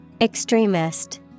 Extremist